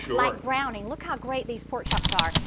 like browning. look how great these pork chops are,